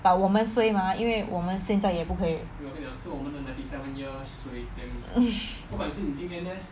but 我们 suay mah 因为我们现在也不可以